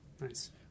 Nice